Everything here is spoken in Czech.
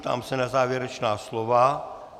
Ptám se na závěrečná slova?